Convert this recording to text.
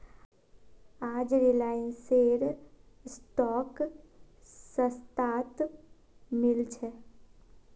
आज रिलायंसेर स्टॉक सस्तात मिल छ